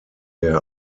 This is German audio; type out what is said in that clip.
der